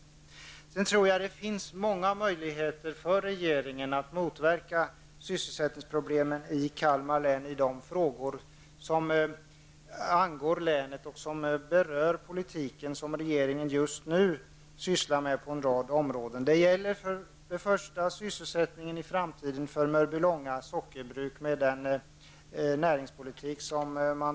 Jag tror vidare att det finns många möjligheter för regeringen att lösa sysselsättningsproblemen i Kalmar län. Den politik som regeringen just nu för på en rad områden diskuteras också i länet. Det gäller bl.a. den framtida sysselsättningen för Mörbylånga sockerbruk.